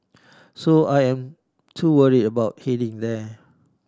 so I am too worried about heading there